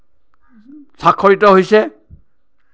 স্ৱাক্ষৰিত হৈছে